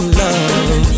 love